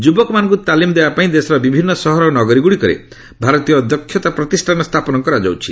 ଯୁବକମାନଙ୍କୁ ତାଲିମ ଦେବା ପାଇଁ ଦେଶର ବିଭିନ୍ନ ସହର ଓ ନଗରୀ ଗୁଡ଼ିକରେ ଭାରତୀୟ ଦକ୍ଷତା ପ୍ରତିଷ୍ଠାନ ସ୍ଥାପନ କରାଯାଉଛି